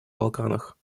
балканах